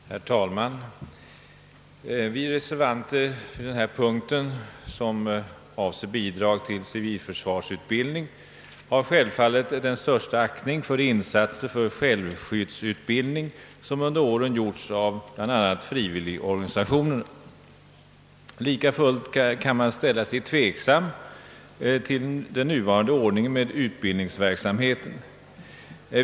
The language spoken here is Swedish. Herr talman! Vi reservanter vid denna punkt, som avser bidrag till civilförsvarsutbildning, har självfallet den största aktning för insatser för självskyddsutbildning som under åren har gjorts av bl.a. frivilligorganisationerna. Lika fullt kan man ställa sig tveksam till den nuvarande ordningen för utbildningsverksamheten.